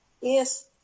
Yes